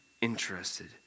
interested